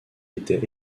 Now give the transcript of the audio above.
était